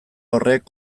horrek